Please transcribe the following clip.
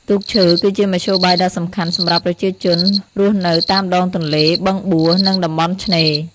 ទូកឈើគឺជាមធ្យោបាយដ៏សំខាន់សម្រាប់ប្រជាជនរស់នៅតាមដងទន្លេ បឹងបួ និងតំបន់ឆ្នេរ ។